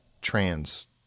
trans